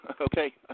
Okay